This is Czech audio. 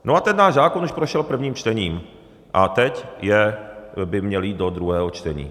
No a ten náš zákon už prošel prvním čtením a teď by měl jít do druhého čtení.